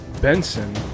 Benson